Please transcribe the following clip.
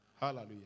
Hallelujah